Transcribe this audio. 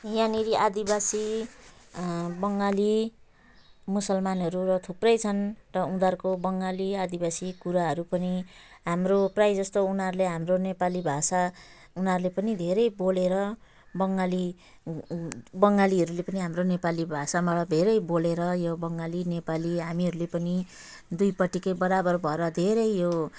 यहाँनेरि आदिवासी बङ्गाली मुसुलमानहरू र थुप्रै छन् र उनीहरूको बङ्गाली आदिवासी कुराहरू पनि हाम्रो प्रायः जस्तो उनीहरूले हाम्रो नेपाली भाषा उनीहरूले पनि धेरै बोलेर बङ्गाली बङ्गालीहरूले पनि हाम्रो नेपाली भाषाबाट धेरै बोलेर यो बङ्गाली नेपाली हामीहरूले पनि दुइपट्टिकै बराबर भएर धेरै यो